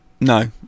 No